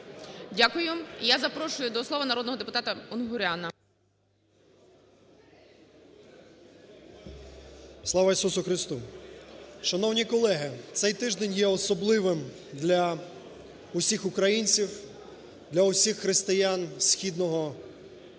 Дякую. І я запрошую до слова народного депутата Унгуряна. 10:23:28 УНГУРЯН П.Я. Слава Ісусу Хресту! Шановні колеги, цей тиждень є особливим для усіх українців, для усіх християн східного обряду,